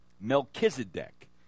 Melchizedek